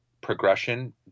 progression